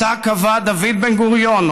שאותה קבע דוד בן-גוריון,